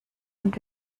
und